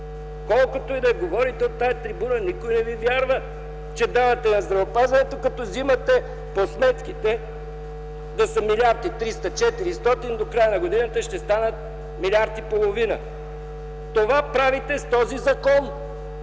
Колкото и да говорите от тази трибуна, никой не ви вярва, че давате на здравеопазването, като взимате. По сметките да са милиард и триста, четиристотин, до края на годината ще станат милиард и половина. Това правите с този закон!